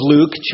Luke